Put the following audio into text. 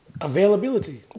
Availability